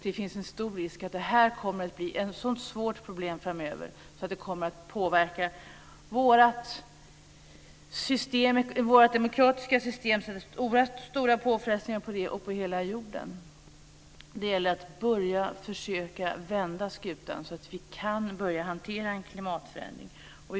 Det finns en stor risk att det här kommer att bli ett så svårt problem framöver att det kommer att påverka våra demokratiska system och ge oerhört stora påfrestningar på dem och på hela jorden. Det gäller att försöka vända skutan så att vi kan börja hantera en klimatförändring.